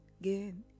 again